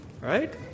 right